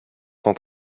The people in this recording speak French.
son